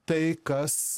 tai kas